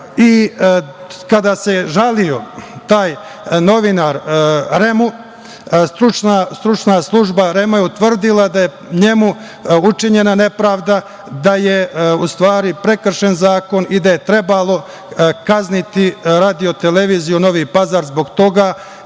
i kada se žalio taj novinar REM-u, stručna služba REM je utvrdila da je njemu učinjena nepravda, da je u stvari prekršen zakon i da je trebalo kazniti Radioteleviziju Novi Pazar zbog toga.